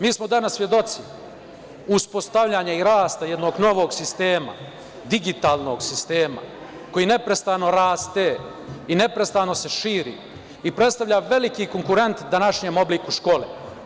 Mi smo danas svedoci uspostavljanja i rasta jednog novog sistema, digitalnog sistema, koji neprestano raste i neprestano se širi i predstavlja veliki konkurent današnjeg obliku škole.